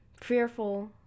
fearful